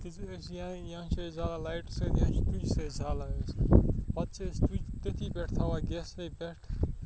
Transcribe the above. تِژھ أسۍ یا یا چھِ أسۍ زالان لایٹَر سۭتۍ یا چھِ تُجہِ سۭتۍ زالان أسۍ پَتہٕ چھِ أسۍ تُج تٔتھی پٮ۪ٹھ تھاوان گیسسٕے پٮ۪ٹھ